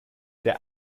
der